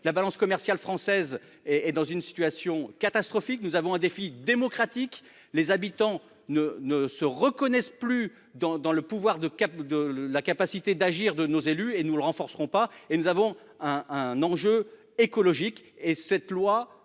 la balance commerciale française et et dans une situation catastrophique, nous avons un défi démocratique. Les habitants ne ne se reconnaissent plus dans dans le pouvoir de cap de la capacité d'agir de nos élus et nous le renforcerons pas et nous avons un un enjeu écologique et cette loi